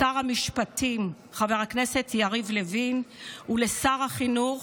לשר המשפטים חבר הכנסת יריב לוין ולשר החינוך